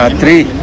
three